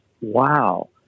Wow